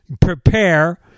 Prepare